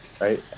Right